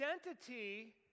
identity